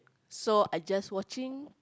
so I just watching